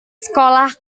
sekolah